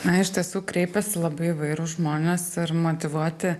na iš tiesų kreipiasi labai įvairūs žmonės ir motyvuoti